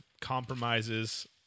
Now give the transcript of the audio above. compromises